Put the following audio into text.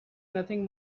nothing